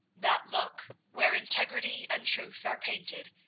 that look, where integrity and truth are painted,